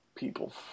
people